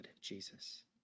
Jesus